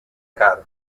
carr